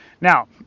Now